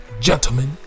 Gentlemen